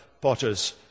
potter's